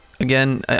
again